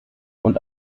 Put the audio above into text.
und